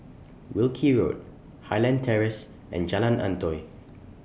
Wilkie Road Highland Terrace and Jalan Antoi